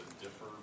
differ